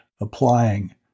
applying